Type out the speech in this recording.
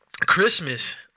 Christmas